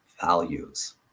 values